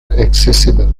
accessible